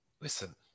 Listen